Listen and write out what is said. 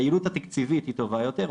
היעילות התקציבית היא טובה יותר,